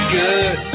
good